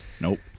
Nope